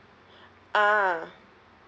ah